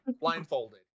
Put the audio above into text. blindfolded